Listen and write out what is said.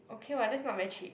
okay [what] that's not very cheap